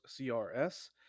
CRS